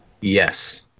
yes